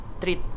Treat